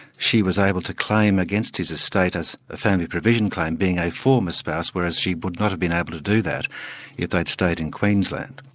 she was able to claim against his estate as a family provision claim, being a former spouse, whereas she would not have been able to do that if they'd stayed in queensland.